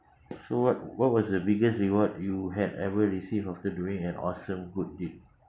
so what what was the biggest reward you had ever received after doing an awesome good deed